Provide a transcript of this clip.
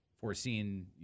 foreseeing